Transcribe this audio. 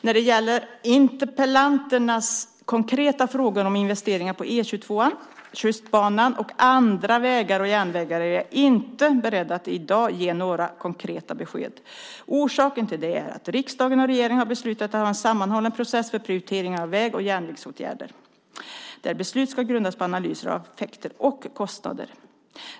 När det gäller interpellanternas konkreta frågor om investeringar på E 22:an, Tjustbanan och andra vägar och järnvägar är jag inte beredd att i dag ge några konkreta besked. Orsaken till det är att riksdag och regering har beslutat att ha en sammanhållen process för prioritering av väg och järnvägsåtgärder, där beslut ska grundas på analyser av effekter och kostnader.